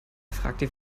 fragte